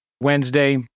Wednesday